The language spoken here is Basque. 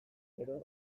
gero